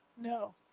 no